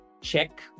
check